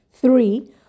Three